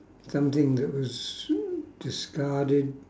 something that was discarded